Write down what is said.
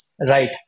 Right